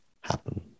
happen